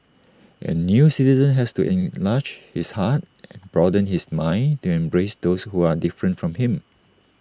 A new citizen has to enlarge his heart and broaden his mind to embrace those who are different from him